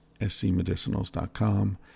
scmedicinals.com